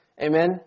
Amen